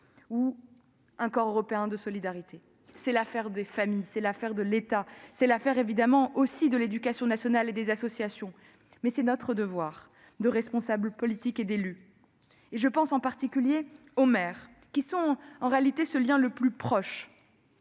ou du corps européen de solidarité. C'est l'affaire des familles, c'est l'affaire de l'État et celle, également, de l'éducation nationale et des associations, mais c'est notre devoir de responsables politiques et d'élus. Je pense en particulier aux maires, qui sont en réalité ce lien le plus proche.